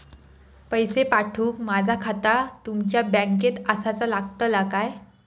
पैसे पाठुक माझा खाता तुमच्या बँकेत आसाचा लागताला काय?